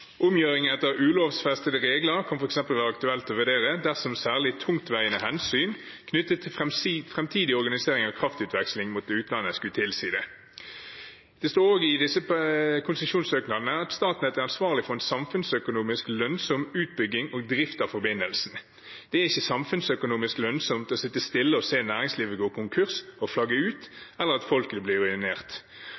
Omgjøring etter ulovsfestede regler kan f.eks. være aktuelt å vurdere dersom særlig tungtveiende hensyn knyttet til framtidig organisering av kraftutveksling mot utlandet skulle tilsi det. Det står også i disse konsesjonssøknadene at Statnett er ansvarlig for en samfunnsøkonomisk lønnsom utbygging og drift av forbindelsen. Det er ikke samfunnsøkonomisk lønnsomt å sitte stille og se næringslivet gå konkurs, flagge ut